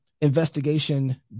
investigation